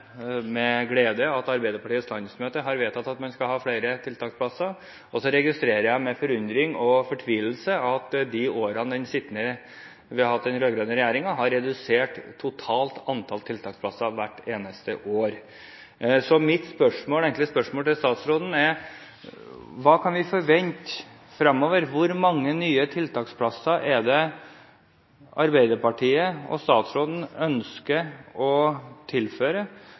med glede at Arbeiderpartiets landsmøte har vedtatt at man skal ha flere tiltaksplasser, og så registrerer jeg med forundring og fortvilelse at i de årene vi har hatt den rød-grønne regjeringen, har vi redusert det totale antall tiltaksplasser hvert eneste år. Så mitt enkle spørsmål til statsråden er: Hva kan vi forvente fremover? Hvor mange nye tiltaksplasser er det Arbeiderpartiet og statsråden ønsker å tilføre